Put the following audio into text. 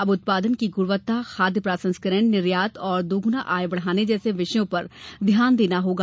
अब उत्पादन की ग्रणवत्ता खाद्य प्र संस्करण निर्यात और दोग्ना आय बढ़ाने जैसे विषयों पर ध्यान देना होगा